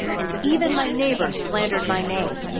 and even my neighbors slandered my name.